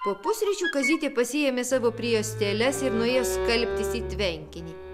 po pusryčių kazytė pasiėmė savo prijuostėles ir nuėjo skalbtis į tvenkinį